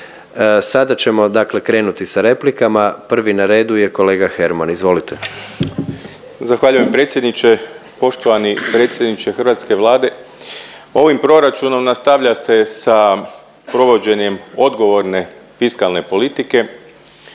Sada ćemo dakle krenuti sa replikama. Prvi na redu je kolega Herman, izvolite. **Herman, Mislav (HDZ)** Zahvaljujem predsjedniče, poštovani predsjedniče hrvatske Vlade. Ovim proračunom nastavlja se sa provođenjem odgovorne fiskalne politike